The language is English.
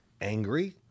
angry